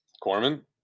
Corman